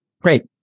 Great